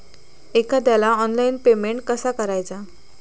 एखाद्याला online payment कसा करायचा?